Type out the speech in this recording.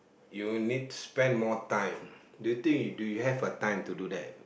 you need spend more time do you think do you have the time to do that